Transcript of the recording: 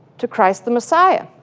to christ the messiah.